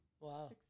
Wow